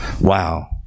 wow